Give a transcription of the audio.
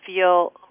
feel